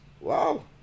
Wow